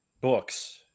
books